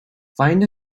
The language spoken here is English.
find